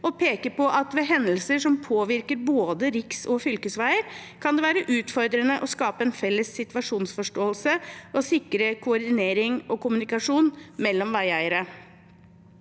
De peker på at ved hendelser som påvirker både riks- og fylkesveier, kan det være utfordrende å skape en felles situasjonsforståelse og sikre koordinering og kommunikasjon mellom veieiere.